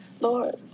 lord